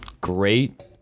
great